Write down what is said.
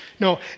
No